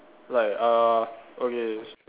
like err okay s~